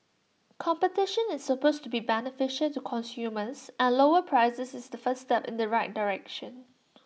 competition is supposed to be beneficial to consumers and lower prices is the first step in the right direction